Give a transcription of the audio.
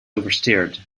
oversteered